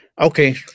okay